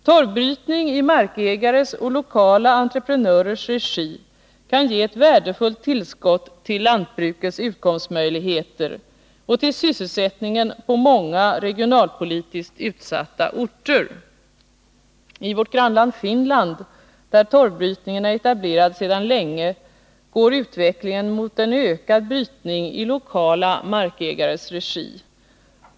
Torvbrytning i markägares och lokala entreprenörers regi kan ge ett värdefullt tillskott till lantbrukets utkomstmöjligheter och till sysselsättningen på många regionalpolitiskt utsatta orter. I vårt grannland Finland, där torvbrytningen är etablerad sedan länge, går utvecklingen mot en ökad brytning i lokala markägares regi.